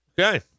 Okay